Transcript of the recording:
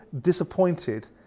disappointed